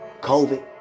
COVID